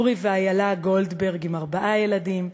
אורי ואיילה גולדברג עם ארבעה ילדים,